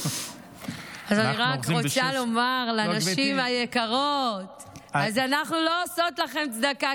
אז אני רק רוצה לומר לנשים היקרות: אנחנו לא עושות לכן צדקה,